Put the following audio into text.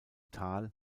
tal